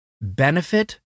Benefit